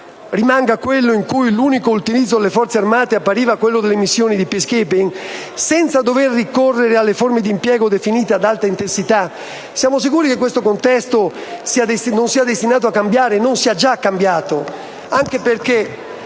rimanga quello in cui l'unico utilizzo delle Forze armate appariva quello delle missioni di *peacekeeping*, senza dover ricorrere alle forme di impiego definite ad alta intensità? Siamo sicuri che questo contesto non sia destinato a cambiare e non sia già cambiato? Anche perché